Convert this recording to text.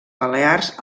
balears